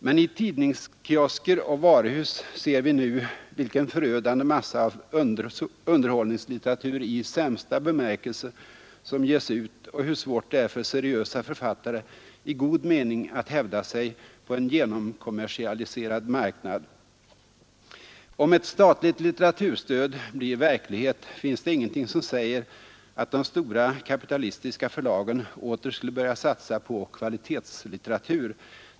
Men i tidningskiosker och varuhus ser vi nu vilken förödande massa av underhållningslitteratur i sämsta bemärkelse som ges ut och hur svårt det är för seriösa författare i god mening att hävda sig på en genomkommersialiserad marknad. Om ett statligt litteraturstöd blir verklighet, finns det ingenting som säger att de stora kapitalistiska förlagen åter skulle börja satsa på kvalitetslitteratur.